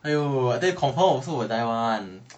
!aiyo! I think confirm also will die [one]